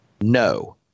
no